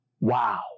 wow